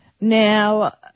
Now